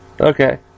Okay